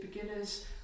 beginners